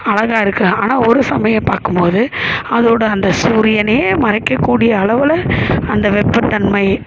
அழகா இருக்குது ஆனால் ஒரு சமயம் பார்க்கும் போது அதோடய அந்த சூரியனே மறைக்க கூடிய அளவில் அந்த வெப்பத்தன்மை